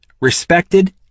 respected